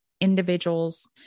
individuals